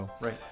Right